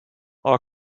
our